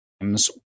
games